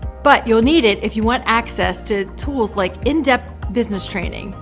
but you'll need it if you want access to tools like in-depth business training,